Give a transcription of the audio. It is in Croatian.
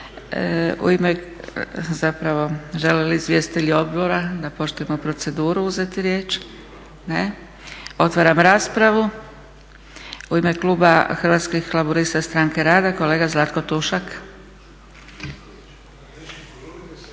U ime, zapravo, žele li izvjestitelji odbora, da poštujemo proceduru, uzeti riječ? Ne. Otvaram raspravu, u ime Kluba Hrvatskih laburista – Stranke rada, kolega Zlatko Tušak.